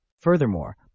Furthermore